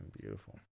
beautiful